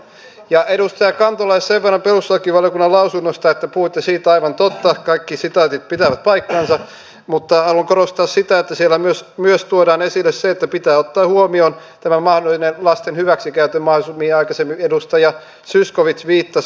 ja edustaja kantolalle sen verran perustuslakivaliokunnan lausunnosta että puhuitte siitä aivan totta kaikki sitaatit pitävät paikkansa mutta haluan korostaa sitä että siellä myös tuodaan esille se että pitää ottaa huomioon tämä lasten hyväksikäytön mahdollisuus mihin aikaisemmin edustaja zyskowicz viittasi